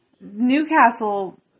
Newcastle